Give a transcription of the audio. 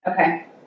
Okay